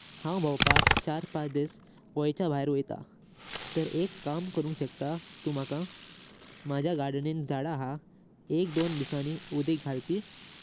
हांव भांवपाख चार पास दिवस गोंयचें बाहर वयतां। तरी एक काम करूं शक्ता तू माका? माझ्या गार्डेनिन झाडांग एक दोन दिवसांनी उडिक गाळपि।